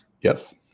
Yes